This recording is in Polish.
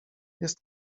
jest